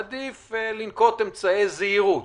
עדיף לנקוט אמצעי זהירות,